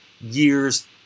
years